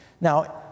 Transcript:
Now